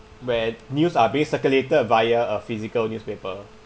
where news are being circulated via a physical newspaper